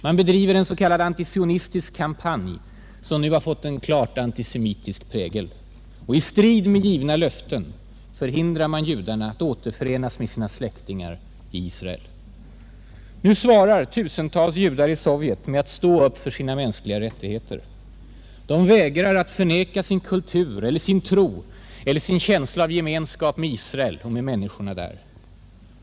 Man bedriver en s. Kk. antisionistisk kampanj, som nu har fått en klart antisemitisk prägel. Och i strid med givna löften förhindrar man judarna att återförenas med sina släktingar i Israel. Nu svarar tusentals judar i Sovjet med att stå upp för sina mänskliga rättigheter. De vägrar att förneka sin kultur eller sin tro eller sin känsla av gemenskap med Israel och med människorna där.